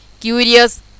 curious